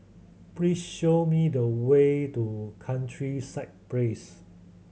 please show me the way to Countryside Place